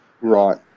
Right